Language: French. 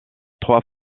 trois